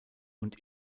und